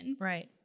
right